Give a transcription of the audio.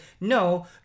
no